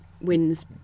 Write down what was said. Wins